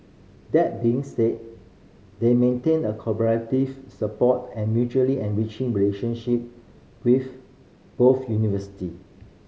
that being said they maintain a collaborative support and mutually enriching relationship with both university